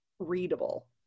readable